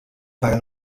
paga